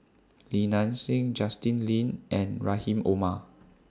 Li Nanxing Justin Lean and Rahim Omar